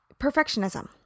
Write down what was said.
perfectionism